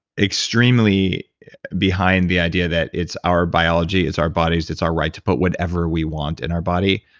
extremely behind the idea that it's our biology, it's our bodies, it's our right to put whatever we want in our body,